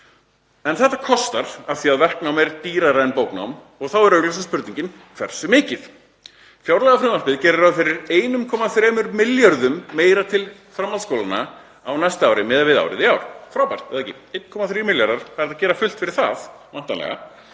En þetta kostar af því að verknám er dýrara en bóknám og þá er augljósa spurningin: Hversu mikið? Fjárlagafrumvarpið gerir ráð fyrir 1,3 milljörðum meira til framhaldsskólanna á næsta ári miðað við árið í ár. Frábært, er það ekki? 1,3 milljarðar, það er hægt að gera fullt fyrir það væntanlega.